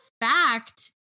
fact